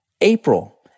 April